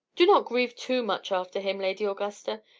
do not grieve too much after him, lady augusta.